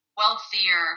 wealthier